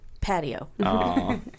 Patio